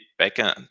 backend